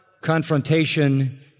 confrontation